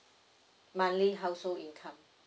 monthly household income